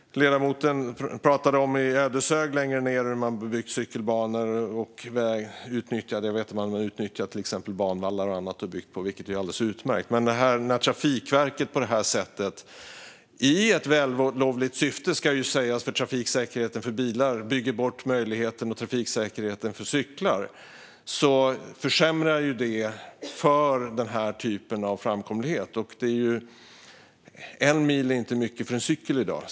Ledamoten pratade om hur man i Ödeshög har byggt cykelbanor och utnyttjat till exempel banvallar och annat för att bygga på, vilket är alldeles utmärkt. Men när Trafikverket på det här sättet - i ett vällovligt syfte, ska sägas - för trafiksäkerheten för bilar bygger bort trafiksäkerheten för cyklar försämrar det ju för den här typen av framkomlighet. En mil är inte mycket för en cykel i dag.